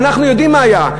אנחנו יודעים מה היה.